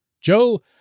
Joe